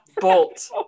bolt